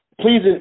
please